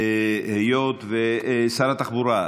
שר התחבורה,